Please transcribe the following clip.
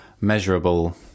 measurable